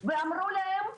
ואמרו להם: